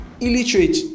illiterate